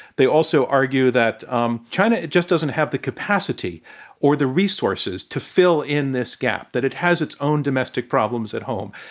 they also argue that um china just doesn't have the capacity or the resources to fill in this gap, that it has its own domestic problems at home.